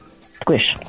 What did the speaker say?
squish